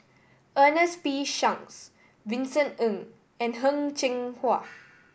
Ernest P Shanks Vincent Ng and Heng Cheng Hwa